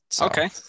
Okay